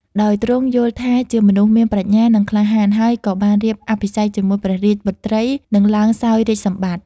ដោយទ្រង់យល់ថាជាមនុស្សមានប្រាជ្ញា និងក្លាហាន ហើយក៏បានរៀបអភិសេកជាមួយ ព្រះរាជបុត្រី និងឡើងសោយរាជ្យសម្បត្តិ។